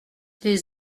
des